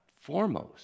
foremost